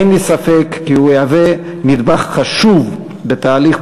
אין לי ספק כי הוא יהווה נדבך חשוב בתהליך